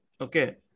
Okay